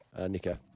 Nico